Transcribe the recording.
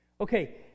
Okay